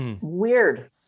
weird